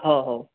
ह हो